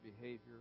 behavior